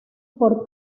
por